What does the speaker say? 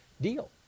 deal